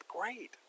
Great